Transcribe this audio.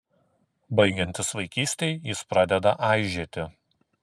baigiantis vaikystei jis pradeda aižėti